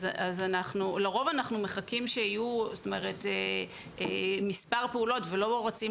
לרוב אנו מחכים שיהיו מספר פעולות ולא רצים